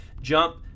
Jump